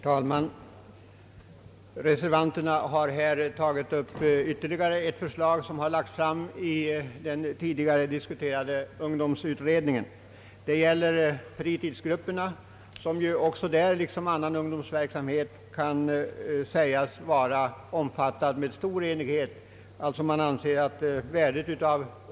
Herr talman! Reservanterna har här tagit upp ytterligare ett förslag som har lagts fram av 1962 års ungdomsutredning. Det gäller här bidrag till fritidsgrupperna. Fritidsgruppverksamheten är, liksom annan ungdomsverksamhet kan sägas vara, av ett stort värde — därom råder stor enighet.